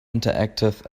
interactive